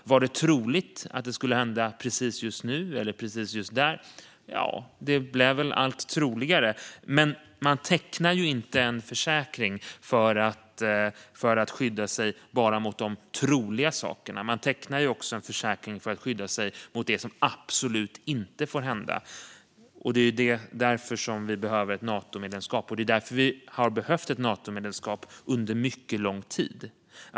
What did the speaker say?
Var det troligt att det skulle hända precis just nu eller precis just där? Ja, det blev väl allt troligare - men man tecknar ju inte en försäkring för att skydda sig enbart mot de troliga sakerna, utan man tecknar en försäkring för att skydda sig mot det som absolut inte får hända. Det är därför vi behöver ett Natomedlemskap, och det är därför vi har behövt ett Natomedlemskap under mycket lång tid.